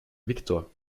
viktor